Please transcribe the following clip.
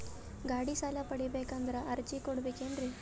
ಗಾಡಿ ಸಾಲ ಪಡಿಬೇಕಂದರ ಅರ್ಜಿ ಕೊಡಬೇಕೆನ್ರಿ?